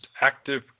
active